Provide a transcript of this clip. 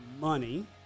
money